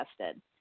tested